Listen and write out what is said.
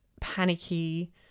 panicky